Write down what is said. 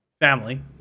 family